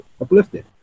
uplifted